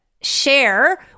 share